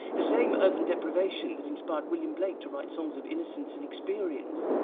the same urban deprivation that inspired william blake to write songs of innocence and experience.